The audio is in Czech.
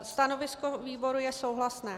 Stanovisko výboru je souhlasné.